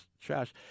trash